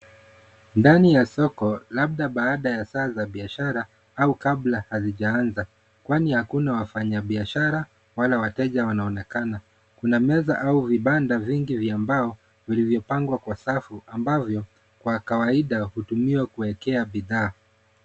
Ndani ya soko labda baada ya saa za biashara au kabla hazijaanza kwani hakuna wafanya biashara wala wateja wanaonekana. Kuna meza au vibanda vingi vya mbao vilivyopangwa kwa safu ambavyo kwa kawaida hutumiwa kuekea bidhaa.